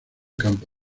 campo